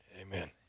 Amen